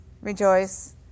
rejoice